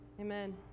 amen